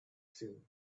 soon